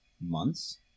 months